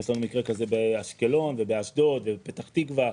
יש לנו מקרה כזה באשקלון, באשדוד, בפתח תקווה,